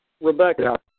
Rebecca